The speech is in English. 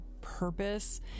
purpose